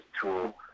tool